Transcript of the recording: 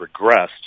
regressed